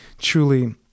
truly